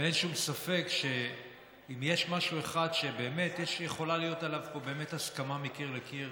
אין שום ספק שאם יש משהו אחד שיכולה להיות עליו הסכמה מקיר לקיר,